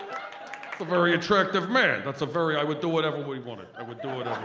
ah very attractive man, that's a very. i would do whatever we wanted i would do it.